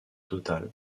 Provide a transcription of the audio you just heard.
total